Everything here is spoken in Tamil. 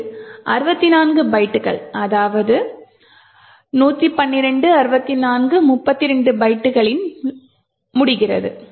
இது 64 பைட்டுகள் அதாவது 112 64 32 பட்டிங்கில் முடிகிறது